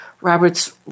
Robert's